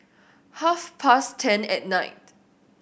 half past ten at night